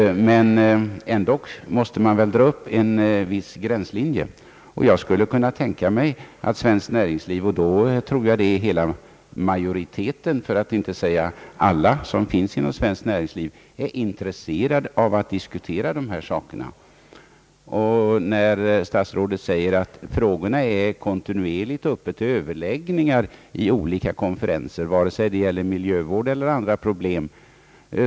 Men man måste väl ändå dra upp en viss gränslinje, och jag tror att majoriteten inom svenskt näringsliv — för att inte säga alla inom svenskt näringsliv — har intresse av att diskutera dessa frågor. Statsrådet säger att frågorna kontinuerligt är föremål för överläggningar vid olika konferenser, vare sig det gäller miljövård eller andra problem.